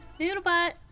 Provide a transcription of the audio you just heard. Noodlebutt